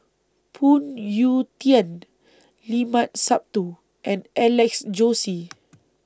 Phoon Yew Tien Limat Sabtu and Alex Josey